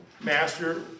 master